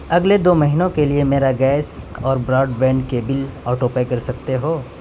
اگلے دو مہینوں کے لیے میرا گیس اور براڈبین کے بل آٹو پے کر سکتے ہو